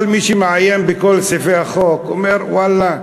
כל מי שמעיין בכל ספרי החוק אומר: ואללה,